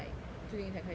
最近才开始